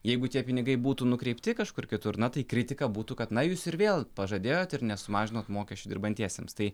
jeigu tie pinigai būtų nukreipti kažkur kitur na tai kritika būtų kad na jūs ir vėl pažadėjot ir nesumažinot mokesčių dirbantiesiems tai